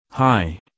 Hi